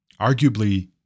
arguably